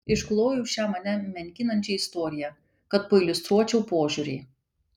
išklojau šią mane menkinančią istoriją kad pailiustruočiau požiūrį